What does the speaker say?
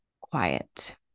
quiet